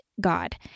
God